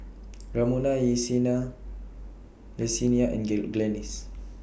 Ramona Yesenia and Glennis